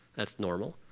that's normal,